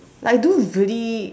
like do dirty